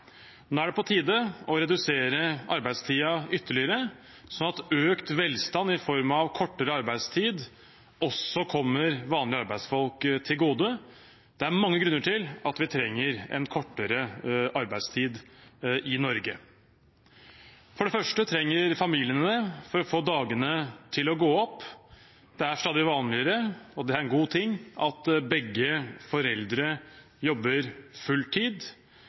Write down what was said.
Nå er det på tide å redusere arbeidstiden ytterligere, sånn at økt velstand i form av kortere arbeidstid også kommer vanlige arbeidsfolk til gode. Det er mange grunner til at vi trenger en kortere arbeidstid i Norge. For det første trenger familiene det for å få dagene til å gå opp. Det er stadig vanligere – og det er en god ting – at begge foreldre jobber